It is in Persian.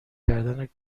کار